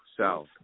South